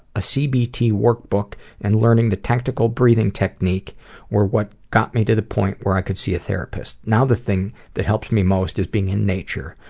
a cbt workbook and learning the tentacle breathing technique were what got me to the point where i could see a therapist. now the thing that helps me most is being in nature.